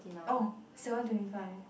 orh seven twenty five